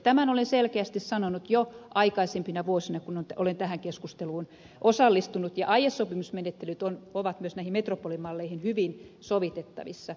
tämän olen selkeästi sanonut jo aikaisempina vuosina kun olen tähän keskusteluun osallistunut ja aiesopimusmenettelyt ovat myös näihin metropolimalleihin hyvin sovitettavissa